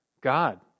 God